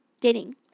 dating